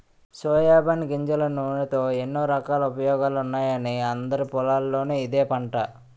soybean గింజల నూనెతో ఎన్నో రకాల ఉపయోగాలున్నాయని అందరి పొలాల్లోనూ ఇదే పంట